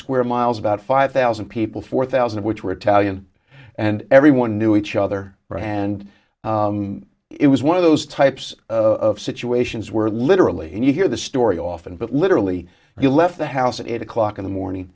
square miles about five thousand people four thousand of which were italian and everyone knew each other and it was one of those types of situations where literally and you hear the story often but literally you left the house at eight o'clock in the morning